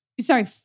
sorry